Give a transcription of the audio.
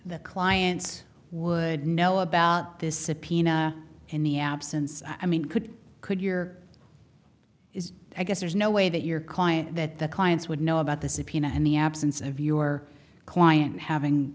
the client would know about this subpoena in the absence i mean could could year is i guess there's no way that your client that the clients would know about the subpoena and the absence of your client having